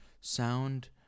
sound